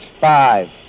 Five